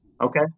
Okay